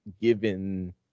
given